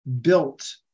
built